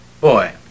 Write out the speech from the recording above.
Boy